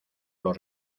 los